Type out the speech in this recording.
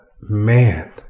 man